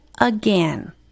again